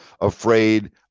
afraid